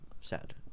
sad